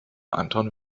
anton